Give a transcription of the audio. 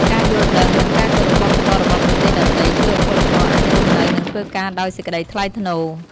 ការយល់ដឹង និងការគោរពវប្បធម៌របស់ប្រទេសដទៃ ជួយឱ្យពលករអាចរស់នៅ និងធ្វើការដោយសេចក្តីថ្លៃថ្នូរ។